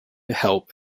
help